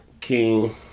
King